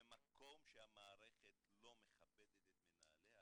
במקום שהמערכת לא מכבדת את מנהליה,